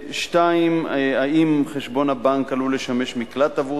2. חשבון הבנק עלול לשמש מקלט עבור